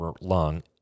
lung